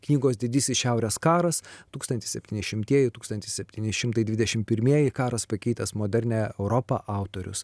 knygos didysis šiaurės karas tūkstantis septynišimtieji tūkstantis septyni šimtai dvidešimt pirmieji karas pakeitęs modernią europą autorius